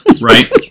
Right